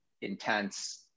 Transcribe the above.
intense